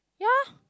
ya